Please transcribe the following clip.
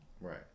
Right